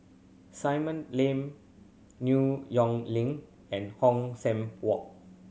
Simei Lane New Yong Link and Hong San Walk